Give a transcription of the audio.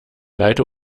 leide